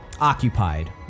occupied